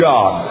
God